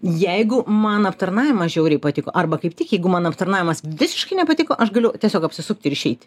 jeigu man aptarnavimas žiauriai patiko arba kaip tik jeigu man aptarnavimas visiškai nepatiko aš galiu tiesiog apsisukti ir išeiti